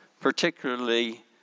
particularly